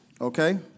okay